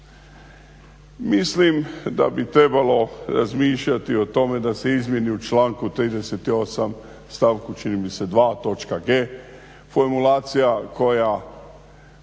Mislim da bi trebalo razmišljati o tome da se izmijeni u članku 38. stavku čini mi se 2. točka g) formulacija koja